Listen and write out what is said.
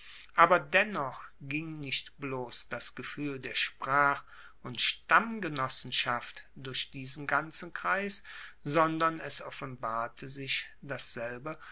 aber dennoch ging nicht bloss das gefuehl der sprach und stammgenossenschaft durch diesen ganzen kreis sondern es offenbarte sich dasselbe